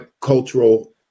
cultural